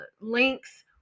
links